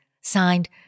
Signed